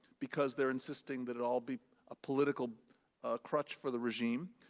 because they're insisting that it all be a political crutch for the regime,